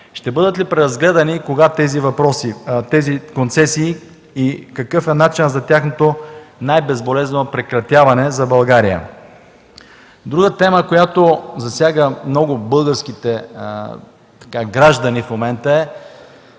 Ще бъдат ли преразгледани и кога тези концесии? Какъв е начинът за тяхното най-безболезнено прекратяване за България? Друга тема, която засяга много българските граждани в момента, е